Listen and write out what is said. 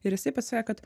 ir jisai pasakė kad